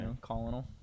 Colonel